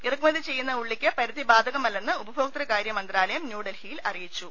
ഇറക്കുമതി ചെയ്യുന്ന ഉള്ളിക്ക് പരിധി ബാധകമല്ലെന്ന് ഉപ ഭോക്തൃകാരൃ മന്ത്രാലയം ന്യൂഡൽഹിയിൽ അറിയിച്ചു